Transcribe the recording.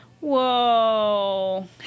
Whoa